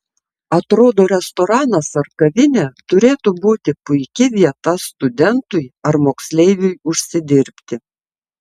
atrodo restoranas ar kavinė turėtų būti puiki vieta studentui ar moksleiviui užsidirbti